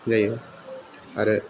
जायो आरो